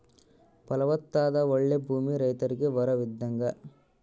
ಫಲವತ್ತಾದ ಓಳ್ಳೆ ಭೂಮಿ ರೈತರಿಗೆ ವರವಿದ್ದಂಗ